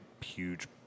huge